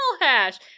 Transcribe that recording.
hash